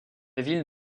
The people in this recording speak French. ville